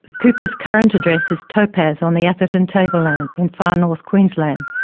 coopers' current address is topaz on the atherton tableland, in far north queensland.